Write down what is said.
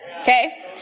Okay